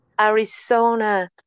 Arizona